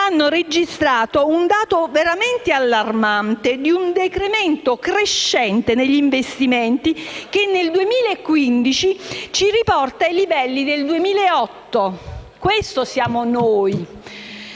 hanno registrato un dato veramente allarmante di un decremento crescente negli investimenti, che nel 2015 ci riporta ai livelli del 2008. Questo siamo noi.